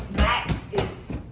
max is.